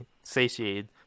satiated